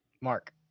Mark